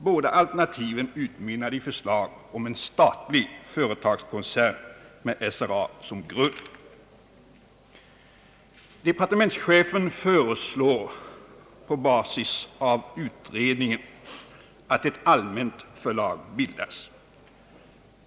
Båda alternativen utmynnade i förslag om en statlig företagskoncern med SRA som grund. Departementschefen föreslår på basis av utredningen att ett allmänt förlag bildas.